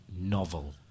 novel